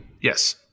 Yes